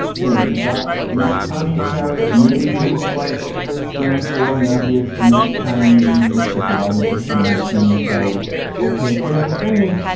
you know you've got these chinese characters made to look like what they stand for and the ideas to make chinese easier because the writing system won't seem so opaque. you know, the thing is,